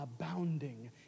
abounding